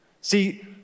See